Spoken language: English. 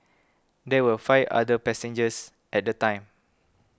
there were five other passengers at the time